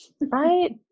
Right